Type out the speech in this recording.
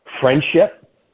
friendship